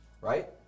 right